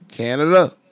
Canada